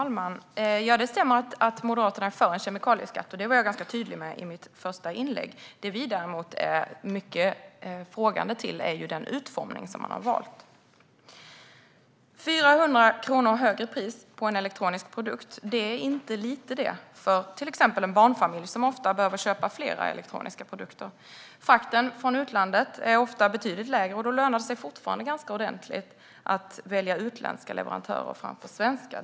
Herr talman! Det stämmer att Moderaterna är för en kemikalieskatt. Det var jag ganska tydlig med i mitt första inlägg. Det vi däremot ställer oss mycket frågande till är den utformning som man har valt. Det blir 400 kronor högre pris på en elektronisk produkt. Det är inte lite för till exempel en barnfamilj som ofta behöver köpa flera elektroniska produkter. Frakten från utlandet är ofta betydligt lägre, och då lönar det sig fortfarande ganska ordentligt att välja utländska leverantörer framför svenska.